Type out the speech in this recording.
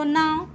now